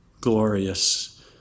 glorious